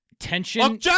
tension